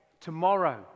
tomorrow